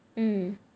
hmm